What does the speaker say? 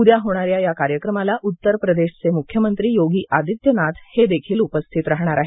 उद्या होणाऱ्या या कार्यक्रमाला उत्तर प्रदेशचे मुख्यमंत्री योगी आदित्यनाथ हेदेखील उपस्थित राहणार आहेत